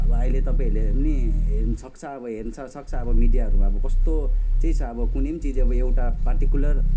अब अहिले तपाईँहरूले पनि हेर्नु सक्छ अब हेर्न सक सक्छ अब मिडियाहरू अब कस्तो चाहिँ छ अब कुनै चिज अब एउटा पार्टिकुलर